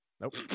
Nope